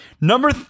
Number